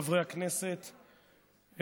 חברי הכנסת,